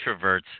introverts